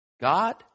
God